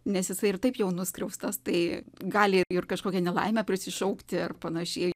nes jisai ir taip jau nuskriaustas tai gali ir kažkokią nelaimę prisišaukti ar panašiai